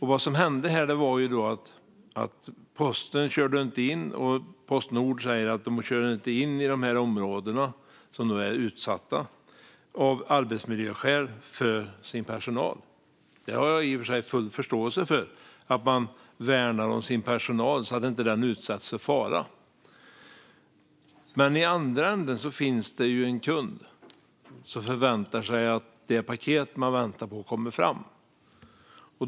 Vad som hände var att Postnord sa att de inte kör in i dessa utsatta områden av arbetsmiljöskäl för personalen. Jag har i och för sig förståelse för att man värnar om sin personal så att den inte utsätts för fara. Men i andra änden finns en kund som förväntar sig att det paket denne väntar på kommer fram.